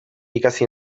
ikasi